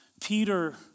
Peter